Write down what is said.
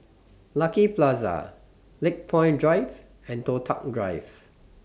Lucky Plaza Lakepoint Drive and Toh Tuck Drive